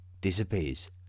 disappears